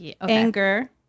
anger